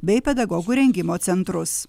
bei pedagogų rengimo centrus